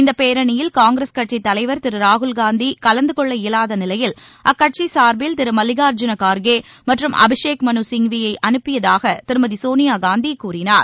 இந்த பேரணியில் காங்கிரஸ் கட்சி தலைவர் திரு ராகுல் காந்தி கலந்து கொள்ள இயலாத நிலையில் அக்கட்சி சார்பில் திரு மல்லிகார்ஜூன கார்கே மற்றும் அபிஷேக் மனு சிங்வியை அனுப்பியதாக திருமதி சோனியா காந்தி கூறினார்